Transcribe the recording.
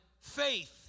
faith